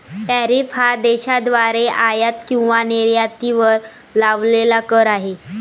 tariff हा देशाद्वारे आयात किंवा निर्यातीवर लावलेला कर आहे